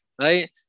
right